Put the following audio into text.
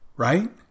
Right